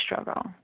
struggle